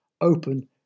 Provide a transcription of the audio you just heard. open